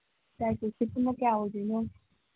dry ꯀꯦꯛꯁꯤ ꯄꯨꯟꯅ ꯀꯌꯥ ꯑꯣꯏꯗꯣꯏꯅꯣ